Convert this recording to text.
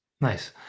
nice